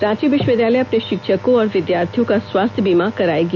रांची विश्वविद्यालय अपने शिक्षकों और विद्यार्थियों का स्वास्थ्य बीमा कराएगी